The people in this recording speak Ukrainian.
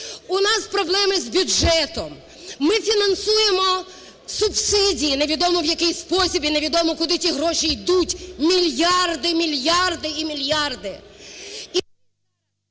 У нас проблеми з бюджетом. Ми фінансуємо субсидії, невідомо в який спосіб і невідомо куди ті гроші йдуть. Мільярди, мільярди і мільярди!